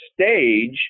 stage